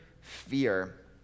fear